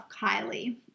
Kylie